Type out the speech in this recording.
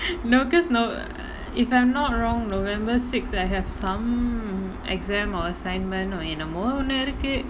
no because no if I'm not wrong november six I have some exam or assignment or என்னமோ ஒன்னு இருக்கு:ennamo onnu irukku